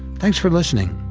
thanks for listening,